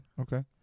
Okay